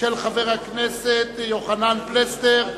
של חבר הכנסת יוחנן פלסנר.